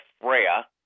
Freya